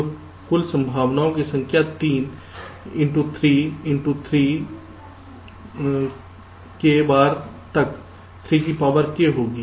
तो कुल संभावनाओं की संख्या 3 into 3 into 3 k बार तक 3k होगी